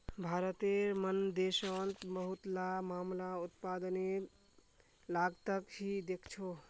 भारतेर मन देशोंत बहुतला मामला उत्पादनेर लागतक ही देखछो